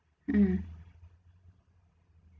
mm